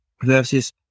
Versus